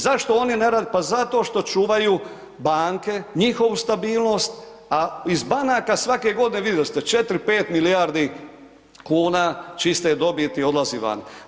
Zašto one, pa zato što čuvaju banke, njihovu stabilnost, a iz banaka svake godine, vidjeli ste 4, 5 milijardi kuna čiste dobiti odlazi vani.